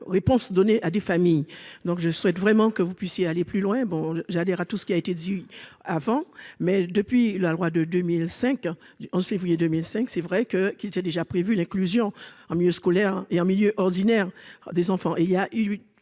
réponse donnée à des familles. Donc je souhaite vraiment que vous puissiez aller plus loin. Bon j'adhère à tout ce qui a été dit avant. Mais depuis la loi de 2005, du 11 février 2005. C'est vrai que qui était déjà prévu l'inclusion en milieu scolaire et en milieu ordinaire des enfants